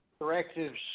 directives